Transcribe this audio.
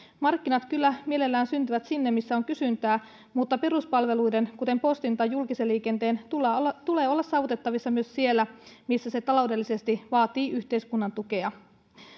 markkinat kyllä mielellään syntyvät sinne missä on kysyntää mutta peruspalveluiden kuten postin tai julkisen liikenteen tulee olla saavutettavissa myös siellä missä se taloudellisesti vaatii yhteiskunnan tukea